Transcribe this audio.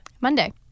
monday